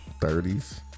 30s